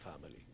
family